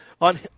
on